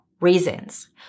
reasons